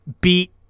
beat